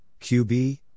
QB